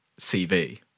CV